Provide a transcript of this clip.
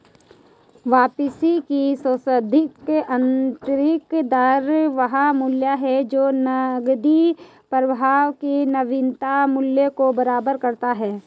वापसी की संशोधित आंतरिक दर वह मूल्य है जो नकदी प्रवाह के नवीनतम मूल्य को बराबर करता है